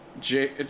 J-